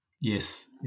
Yes